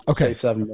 Okay